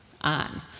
on